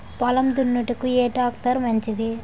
పొలం దున్నుటకు ఏ ట్రాక్టర్ మంచిది?